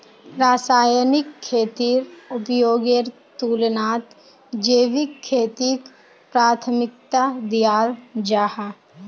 रासायनिक खेतीर उपयोगेर तुलनात जैविक खेतीक प्राथमिकता दियाल जाहा